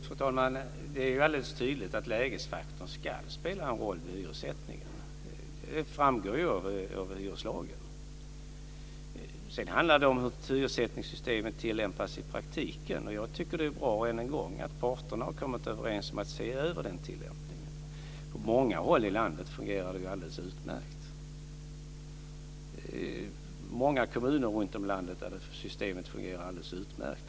Fru talman! Det är alldeles tydligt att lägesfaktorn ska spela en roll vid hyressättningen; det framgår ju av hyreslagen. Men sedan handlar det om hur hyressättningssystemet i praktiken tillämpas. Ännu en gång vill jag säga att jag tycker att det är bra att parterna har kommit överens om att se över den tillämpningen. I många kommuner runtom i landet fungerar systemet alldeles utmärkt.